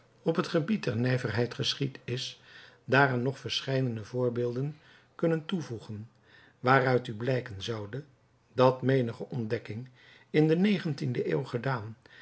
op het gebied der nijverheid geschied is daaraan nog verscheidene voorbeelden kunnen toevoegen waaruit u blijken zoude dat menige ontdekking in de negentiende eeuw gedaan